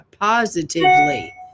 positively